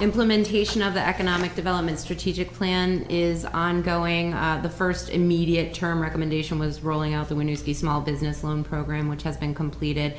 implementation of the economic development strategic plan is ongoing the first immediate term recommendation was rolling out the windows the small business loan program which has been completed